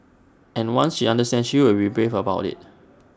and once she understands she will be brave about IT